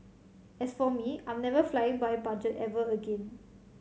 as for me I'm never flying by budget ever again